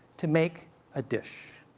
to make a dish.